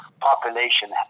Population